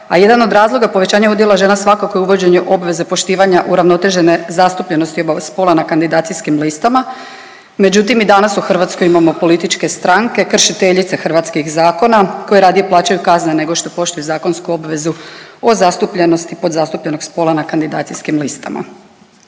a jedan od razloga povećanja udjela žena svakako je uvođenje obveze poštivanje uravnotežene zastupljenosti oba spola na kandidacijskim listama. Međutim, i danas u Hrvatskoj imamo političke stranke kršiteljice hrvatskih zakona koje radije plaćaju kazne nego što poštuju zakonsku obvezu o zastupljenosti podzastupljenog spola na kandidacijskim listama.